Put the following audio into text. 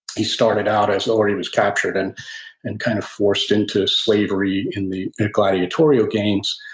he started out as, or he was captured, and and kind of forced into slavery in the gladiatorial games,